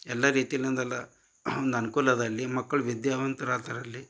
ಎಲ್ಲ ರೀತಿಯಲ್ಲಿ ಅಂದಲ್ಲ ಒಂದು ಅನ್ಕೂಲ ಅದ ಅಲ್ಲಿ ಮಕ್ಕಳು ವಿದ್ಯಾವಂತರು ಆಗ್ತಾರಲ್ಲಿ